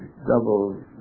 double